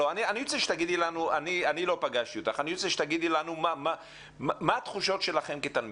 אני רוצה שתגידו לנו מה התחושות שלכם כתלמידים.